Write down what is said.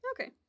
Okay